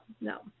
no